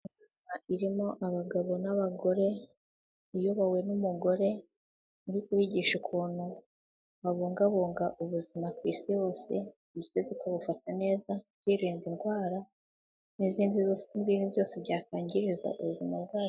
Irimo abagabo n'abagore, iyobowe n'umugore, uri kubigisha ukuntu babungabunga ubuzima ku isi hose ndetse bakabufata neza, kwirinda indwara n'izindi n'ibindi byose byakangiza ubuzima bwabo.